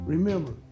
Remember